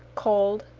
cold,